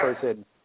person